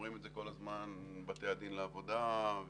את זה כל הזמן בתי הדין לעבודה וכל